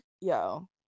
yo